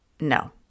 No